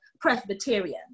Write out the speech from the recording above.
Presbyterian